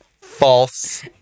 False